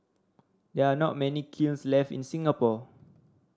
there are not many kilns left in Singapore